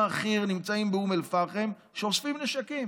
חי"ר נמצאים באום אל-פחם שאוספים נשקים.